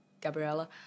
Gabriella